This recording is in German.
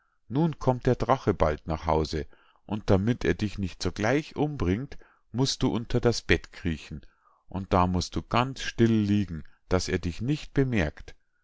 nun kommt der drache bald nach hause und damit er dich nicht sogleich umbringt musst du unter das bett kriechen und da musst du ganz still liegen daß er dich nicht bemerkt